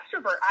extrovert